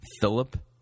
Philip